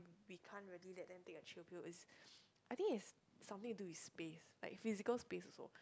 we can't really let them take attribute is I think it's something to do with space like physical space also